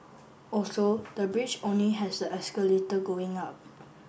also the bridge only has the escalator going up